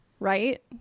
right